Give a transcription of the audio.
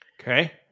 Okay